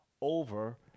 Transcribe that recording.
over